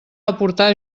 aportar